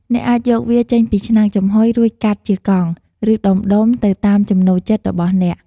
អ្នកអាចយកវាចេញពីឆ្នាំងចំហុយ រួចកាត់ជាកង់ ឬដុំៗ ទៅតាមចំណូលចិត្តរបស់អ្នក។